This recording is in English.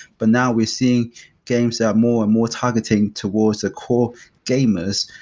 but now we're seeing games that are more and more targeting towards the core games,